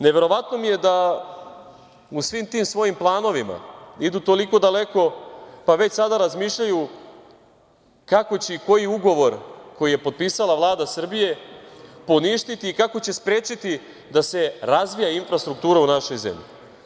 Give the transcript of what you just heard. Neverovatno mi je da u svim tim svojim planovima idu toliko daleko, pa već sada razmišljaju kako će i koji ugovor koji je potpisala Vlada Srbije poništiti i kako će sprečiti da se razvija infrastruktura u našoj zemlji.